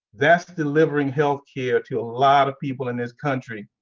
that's delivering healthcare to a lot of people in this country.